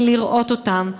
מלראות אותם,